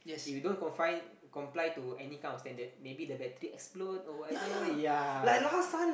if you don't confine comply to any kind of standard maybe the battery explode or whatever ya